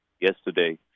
yesterday